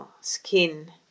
skin